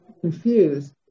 confused